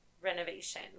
renovation